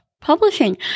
publishing